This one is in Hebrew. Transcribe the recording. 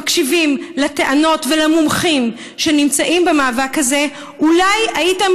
מקשיבים לטענות ולמומחים שנמצאים במאבק הזה אולי הייתם